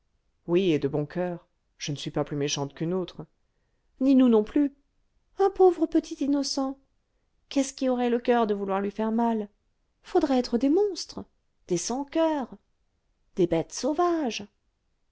oui et de bon coeur je ne suis pas plus méchante qu'une autre ni nous non plus un pauvre petit innocent qu'est-ce qui aurait le coeur de vouloir lui faire mal faudrait être des monstres des sans-coeur des bêtes sauvages